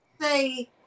say